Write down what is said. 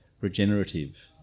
regenerative